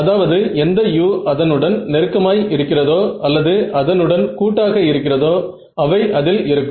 அதாவது எந்த u அதனுடன் நெருக்கமாய் இருக்கிறதோ அல்லது அதனுடன் கூட்டாக இருக்கிறதோ அவை அதில் இருக்கும்